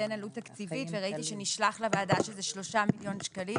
לציין עלות תקציבית וראיתי שנשלח לוועדה שזה 3 מיליון שקלים.